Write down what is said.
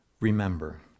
remember